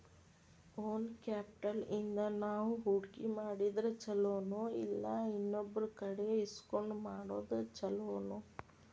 Own capital ಇಂದಾ ನಾವು ಹೂಡ್ಕಿ ಮಾಡಿದ್ರ ಛಲೊನೊಇಲ್ಲಾ ಇನ್ನೊಬ್ರಕಡೆ ಇಸ್ಕೊಂಡ್ ಮಾಡೊದ್ ಛೊಲೊನೊ?